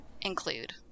include